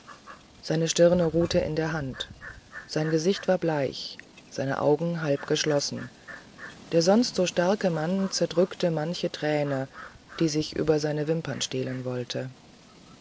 seine stirne ruhte in der hand sein gesicht war bleich seine augen halb geschlossen der sonst so starke mann zerdrückte manche träne die sich über seine wimpern stehlen wollte